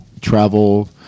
travel